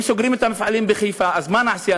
אם סוגרים את המפעלים בחיפה, אז מה נעשה?